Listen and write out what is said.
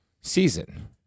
season